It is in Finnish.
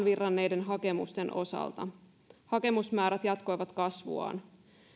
virranneiden hakemusten osalta hakemusmäärät jatkoivat kasvuaan